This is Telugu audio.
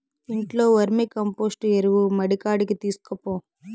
ఇంట్లో వర్మీకంపోస్టు ఎరువు మడికాడికి తీస్కపో